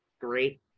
great